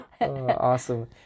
Awesome